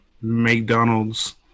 McDonald's